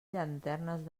llanternes